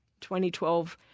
2012